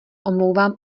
omlouvám